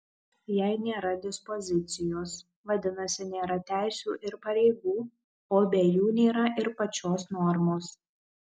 jei nėra dispozicijos vadinasi nėra teisių ir pareigų o be jų nėra ir pačios normos